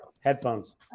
headphones